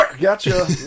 gotcha